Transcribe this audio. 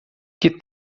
que